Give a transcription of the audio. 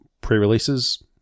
pre-releases